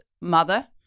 mother